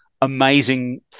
amazing